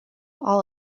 all